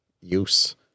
use